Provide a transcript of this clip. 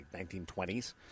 1920s